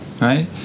right